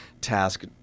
task